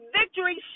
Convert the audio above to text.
victory